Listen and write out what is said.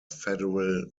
federal